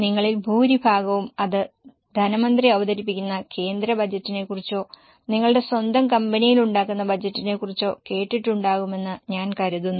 നിങ്ങളിൽ ഭൂരിഭാഗവും അത് ധനമന്ത്രി അവതരിപ്പിക്കുന്ന കേന്ദ്ര ബജറ്റിനെക്കുറിച്ചോ നിങ്ങളുടെ സ്വന്തം കമ്പനിയിൽ ഉണ്ടാക്കുന്ന ബജറ്റിനെക്കുറിച്ചോ കേട്ടിട്ടുണ്ടാകുമെന്ന് ഞാൻ കരുതുന്നു